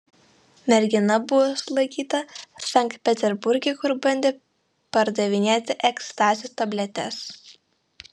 mergina buvo sulaikyta sankt peterburge kur bandė pardavinėti ekstazio tabletes